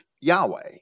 Yahweh